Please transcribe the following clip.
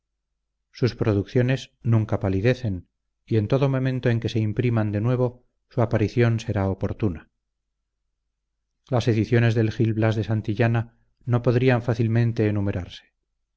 sus producciones nunca palidecen y en todo momento en que se impriman de nuevo su aparición será oportuna las ediciones del gil blas de santillana no podrían fácilmente enumerarse